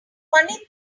funny